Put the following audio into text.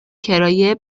کرایه